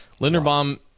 Linderbaum